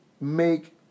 make